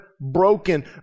broken